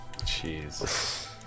Jeez